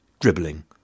dribbling